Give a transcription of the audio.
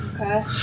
Okay